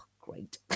great